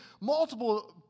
multiple